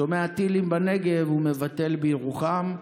שומע "טילים בנגב" והוא מבטל בירוחם.